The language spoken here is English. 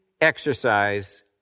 exercise